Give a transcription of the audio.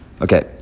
Okay